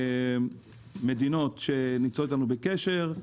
מדינות שנמצאות איתנו בקשר,